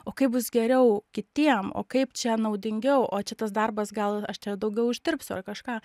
o kaip bus geriau kitiem o kaip čia naudingiau o čia tas darbas gal aš čia daugiau uždirbsiu ar kažką